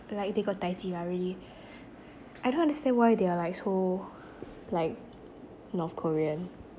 like they got tai ji ah really I don't understand why they're like so like north korean